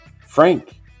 Frank